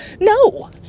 no